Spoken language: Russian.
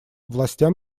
властям